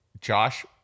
Josh